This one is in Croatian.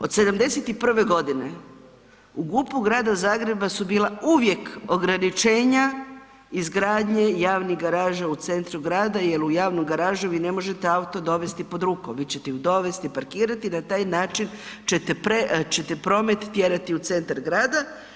Od '71. g. u GUP-u grada Zagreba su bila uvijek ograničenja izgradnje javnih garaža u centru grada jer u javnoj garaži vi ne možete auto pod rukom, vi ćete ju dovesti, parkirati, na taj način ćete promet tjerati u centar grada.